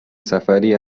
سفری